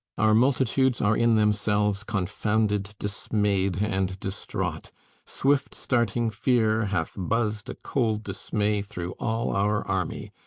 our multitudes are in themselves confounded, dismayed, and distraught swift starting fear hath buzzed a cold dismay through all our army,